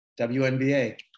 WNBA